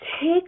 take